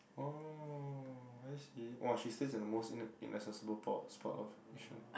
oh I see !wow! she stays at the most inac~ inaccessible pot spot of Yishun